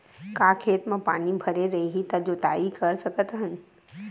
का खेत म पानी भरे रही त जोताई कर सकत हन?